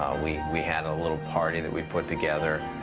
we we had a little party that we put together.